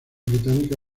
británica